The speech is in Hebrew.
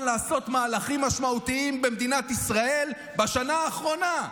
לעשות מהלכים משמעותיים במדינת ישראל בשנה האחרונה?